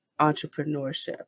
entrepreneurship